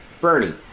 Bernie